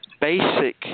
basic